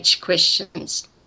questions